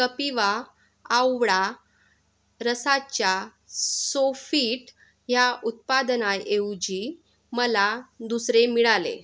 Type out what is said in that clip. कपिवा आवळा रसाच्या सोफिट ह्या उत्पादनाऐवजी मला दुसरे मिळाले